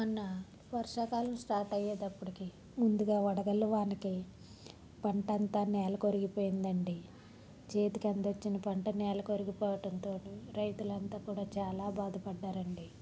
మొన్న వర్షాకాలం స్టార్ట్ అయ్యేటప్పటికి ముందుగా వడగళ్ళ వానకి పంటంతా నేలకొరిగిపోయిందండి చేతికందొచ్చిన పంట నేలకొరిగిపోవడంతోటి రైతులంతా కూడా చాలా బాధ పడ్డారండి